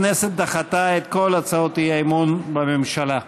הכנסת דחתה את כל הצעות האי-אמון בממשלה.